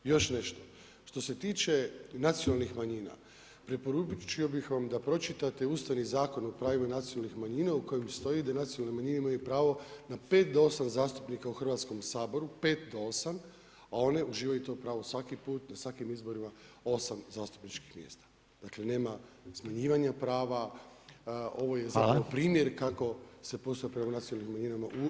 Još nešto, što se tiče nacionalnih manjina, preporučio bi vam da pročitate ustavni zakon o pravima nacionalnih manjina, u kojem stoji da nacionalne manjine imaju pravo na 5-8 zastupnika u Hrvatskom saboru, 5-8 a oni uživaju to pravo svaki put, na svakim izborima 8 zastupničkih mjesta, dakle, nema smanjivanja prava, ovo je zakon primjer, kako se postupa prema naciljanim manjinama u Europi.